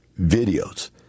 videos